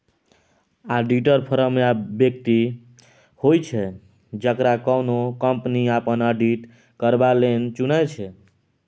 auditor firm या बेकती होइ छै जकरा कोनो कंपनी अपन आडिट करबा लेल चुनै छै